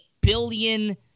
billion